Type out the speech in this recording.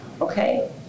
okay